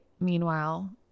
Meanwhile